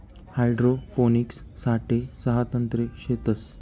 hydroponics साठे सहा तंत्रे शेतस